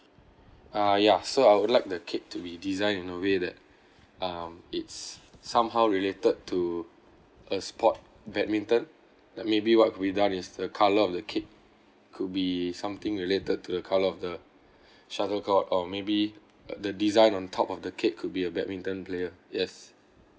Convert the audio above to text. ah ya so I would like the cake to be designed in a way that um it's somehow related to a sport badminton like maybe what could be done is the colour of the cake could be something related to the colour of the shuttlecock or maybe uh the design on top of the cake could be a badminton player yes